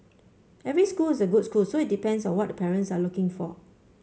every schools is a good school so it depends on what the parents are looking for